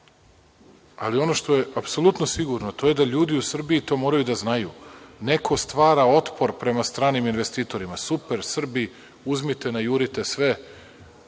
ali ono što je apsolutno sigurno jeste da ljudi u Srbiji to moraju da znaju. Neko stvara otpor prema stranim investitorima. Super, Srbi, uzmite, najurite sve,